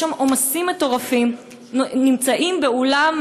יש שם עומסים מטורפים, נמצאים באולם,